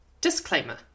Disclaimer